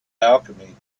alchemy